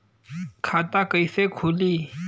खाता कइसे खुली?